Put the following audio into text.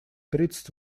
тридцать